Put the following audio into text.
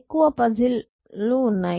ఎక్కువ పజిల్ ఉన్నాయి